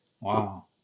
Wow